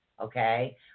Okay